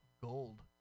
gold